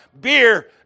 beer